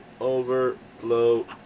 overflow